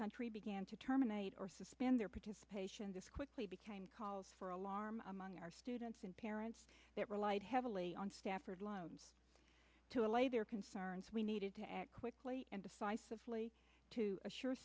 country began to terminate or suspend their participation this quickly became calls for alarm among our students and parents that relied heavily on stafford loans to allay their concerns we needed to act quickly and decisively to assure